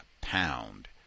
pound